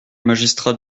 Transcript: magistrat